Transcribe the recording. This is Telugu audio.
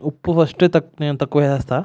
ఉప్పు ఫస్టే తక్కువ నేను తక్కువే చేసాను